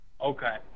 Okay